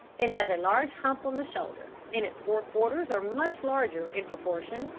it has a large hump on the shoulder, and its fore-quarters are much larger, in proportion,